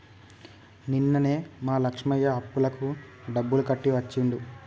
నిన్ననే మా లక్ష్మయ్య అప్పులకు డబ్బులు కట్టి వచ్చిండు